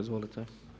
Izvolite.